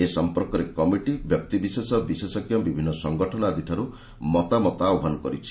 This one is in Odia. ଏ ସଫପର୍କରେ କମିଟି ବ୍ୟକ୍ତିବିଶେଷ ବିଶେଷଜ୍ଞ ବିଭିନ୍ନ ସଂଗଠନ ଆଦିଠାରୁ ମତାମତ ଆହ୍ୱାନ କରିଛି